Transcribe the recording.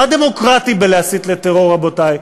מה דמוקרטי בלהסית לטרור, רבותי?